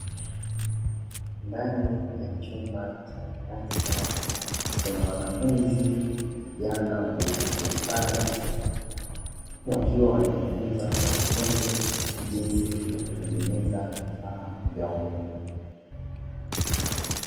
Ndani ya chumba cha darasa kuna wanafunzi vijana wamevalia sare, wakiwa wanajifunza kwa vitendo jinsi ya kutengeneza vifaa vya umeme.